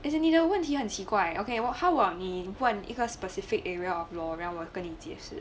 as in 你的问题很奇怪 okay [what] how about 你换一个 specific area of law then 我跟你解释